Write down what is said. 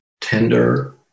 tender